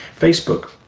Facebook